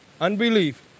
Unbelief